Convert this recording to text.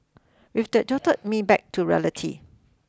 with the jolted me back to reality